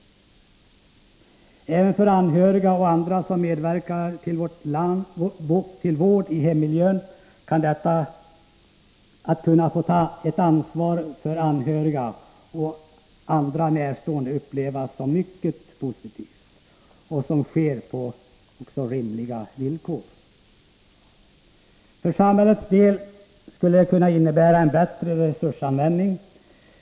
Även för anhöriga och andra som medverkar till vård i hemmiljön kan detta att kunna få ta ansvar för anhöriga och andra närstående upplevas som mycket positivt, om det sker på rimliga villkor. För samhällets del skulle det kunna innebära en bättre resursanvändning.